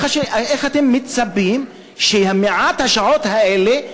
אתם מצפים שמעט השעות האלה,